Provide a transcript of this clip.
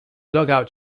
dugout